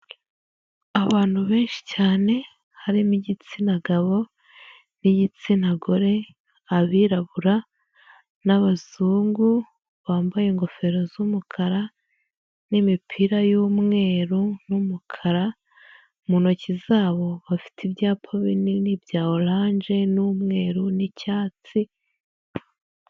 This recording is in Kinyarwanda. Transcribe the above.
Abantu benshi cyane harimo igitsina gabo n'igitsina gore, abirabura n'abazungu, bambaye ingofero z'umukara n'imipira y'umweru n'umukara, mu ntoki zabo bafite ibyapa binini bya oranje n'umweru n'icyatsi.